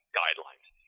guidelines